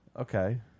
Okay